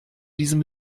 diesem